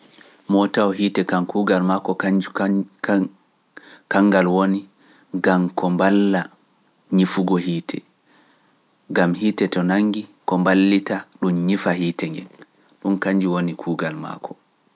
Motawo hiite kan kuugal makko kanjun woni gam ko mballa ñifugo hiite, gam hiite to nanngi ko mballita ɗum ñifa hiite nge, ɗum kanjum woni kuugal makko.